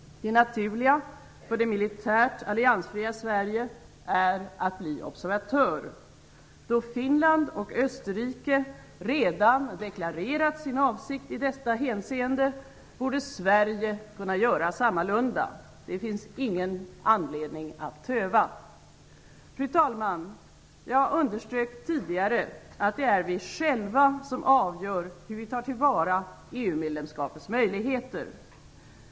Det naturliga för det militärt alliansfria Sverige är att bli observatör. Då Finland och Österrike redan deklarerat sin avsikt i detta hänseende borde Sverige kunna göra sammalunda. Det finns ingen anledning att töva. Fru talman! jag underströk tidigare att det är vi själva som avgör hur vi tar till vara EU medlemskapets möjligheter.